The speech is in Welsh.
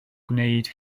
gwneud